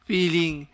Feeling